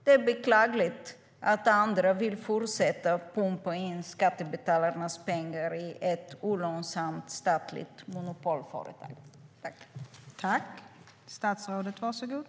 Det är beklagligt att andra vill fortsätta att pumpa in skattebetalarnas pengar i ett olönsamt statligt monopolföretag.